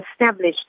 established